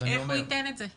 איך הוא ייתן את זה?